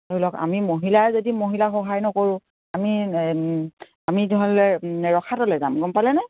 ধৰি লওক আমি মহিলাই যদি মহিলাৰ সহায় নকৰোঁ আমি আমি ৰখাতলে যাম গম পালে ন